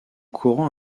courant